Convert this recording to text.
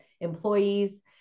employees